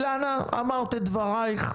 אילנה אמרת את דברייך,